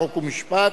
חוק ומשפט.